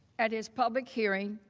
at his public hearing,